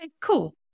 cool